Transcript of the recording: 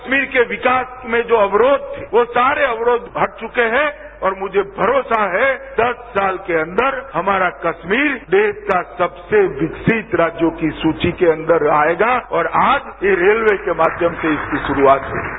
कस्मीर के विकास में जो अक्रोध थे वो सारे अक्रोध हट चुके हैं और मुझे भरोसा है दस साल के अदर हमारा कस्मीर देरा का सबसे विकसित राज्यों की सूची के अंदर आयेगा और आज ये रेलवे के माध्यम से इसकी शुरूआत हुई है